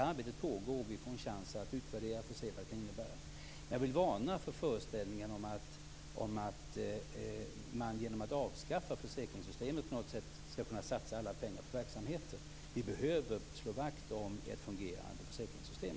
Det arbetet pågår och vi får en chans att utvärdera och se vad det kan innebära. Jag vill varna för föreställningen om att man genom att avskaffa försäkringssystemet på något sätt skall kunna satsa alla pengar på verksamheten. Vi behöver också slå vakt om ett fungerande försäkringssystem.